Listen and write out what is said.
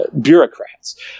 bureaucrats